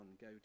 go